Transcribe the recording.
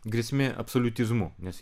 grėsmė absoliutizmu nes